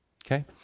Okay